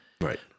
Right